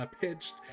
pitched